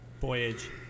voyage